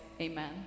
amen